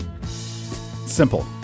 Simple